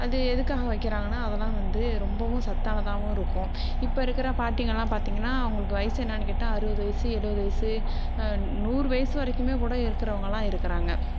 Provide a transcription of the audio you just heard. அது எதுக்காக வைக்கிறாங்கன்னா அதல்லாம் வந்து ரொம்பவும் சத்தானதாகவும் இருக்கும் இப்போது இருக்கிற பாட்டிங்கல்லாம் பார்த்தீங்கன்னா உங்களுக்கு வயது என்னன்னு கேட்டால் அறுபது வயது எழுபது வயது நூறு வயது வரைக்குமே கூட இருக்கிறவங்கலாம் இருக்கிறாங்க